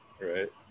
Right